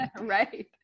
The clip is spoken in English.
Right